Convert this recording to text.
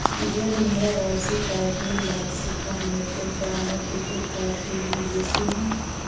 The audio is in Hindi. यदि मेरी वार्षिक आय देढ़ लाख से कम है तो क्या मैं क्रेडिट कार्ड के लिए योग्य हूँ?